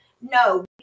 No